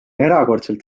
erakordselt